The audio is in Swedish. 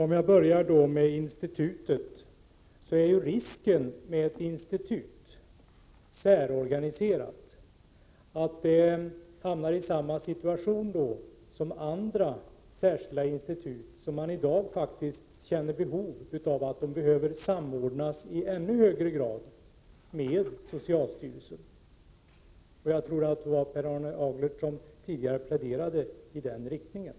Herr talman! Risken med ett institut med en särorganisation är att det hamnar i samma situation som andra särorganiserade institut. Man känner i dag ett behov av att i högre grad samordna vissa institut med socialstyrelsen. Per Arne Aglert pläderade tidigare i den riktningen.